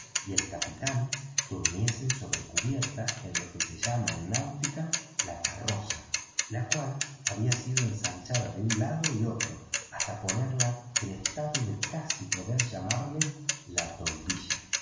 y el capitán durmiesen sobre cubierta en lo que se llama en náutica la carroza la cual había sido ensanchada de un lado y otro hasta ponerla en estado de casi poder llamarle la toldilla